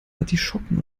artischocken